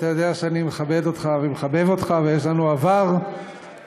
אתה יודע שאני מכבד אותך ומחבב אותך ויש לנו עבר משותף